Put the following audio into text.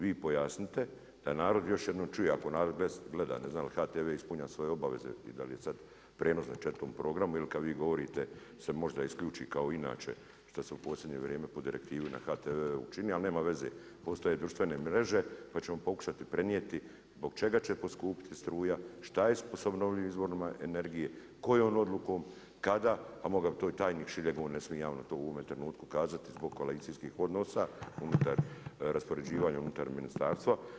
Vi pojasnite da narod još jednom čuje, ako narod gleda, ne znam je li HTV ispunio svoje obaveze i da li je sada prijenos na 4 programu ili kada vi govorite se možda isključi kao inače što se u posljednje vrijeme po direktivi na HTV-u čini, ali nema veze, postoje društvene mreže pa ćemo pokušati prenijeti zbog čega će poskupjeti struja, šta je sa obnovljivim izvorima energije, kojom odlukom, kada, a mogao bi to i tajnik Šiljeg, on ne smije javno to u ovome trenutku kazati zbog kolekcijskih odnosa unutar raspoređivanja unutar ministarstva.